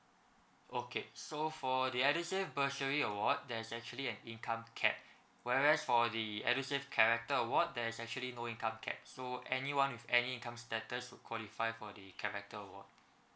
okay so for the edusave bursary award there's actually an income cap whereas for the edusave character award there's actually no income cap so anyone with any income status will qualify for the character award